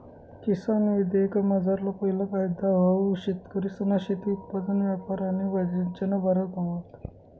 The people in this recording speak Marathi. किसान विधेयकमझारला पैला कायदा हाऊ शेतकरीसना शेती उत्पादन यापार आणि वाणिज्यना बारामा व्हता